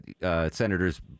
Senators